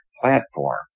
platform